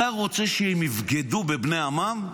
אתה רוצה שהם יבגדו בבני עמם?